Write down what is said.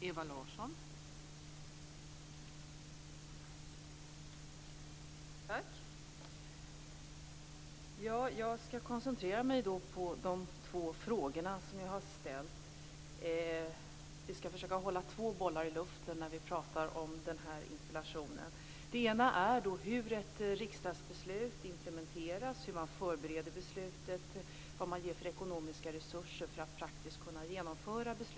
Fru talman! Jag skall koncentrera mig på de två frågor som jag har ställt. Vi skall försöka hålla två bollar i luften när vi pratar om den här interpellationen. Den ena frågan gäller hur ett riksdagsbeslut implementeras, hur man förbereder beslutet och vad man ger för ekonomiska resurser för att praktiskt kunna genomföra det.